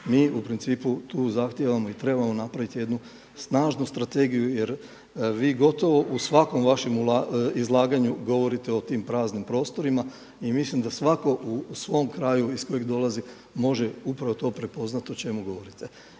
Mi u principu tu zahtijevamo i trebamo napraviti jednu snažnu strategiju jer vi gotovo u svakom vašem izlaganju govorite o tim praznim prostorima i mislim da svako u svom kraju iz kojeg dolazi može upravo to prepoznati o čemu govorite.